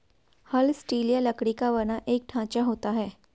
हल स्टील या लकड़ी का बना एक ढांचा होता है